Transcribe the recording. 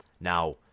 now